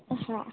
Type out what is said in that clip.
હા